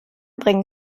bringen